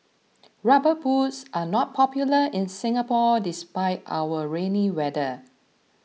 rubber boots are not popular in Singapore despite our rainy weather